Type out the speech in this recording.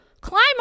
climb